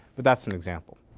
but that's an example.